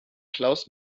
klaus